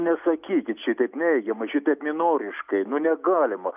nesakykit šitaip neigiamai šitaip minoriškai nu negalima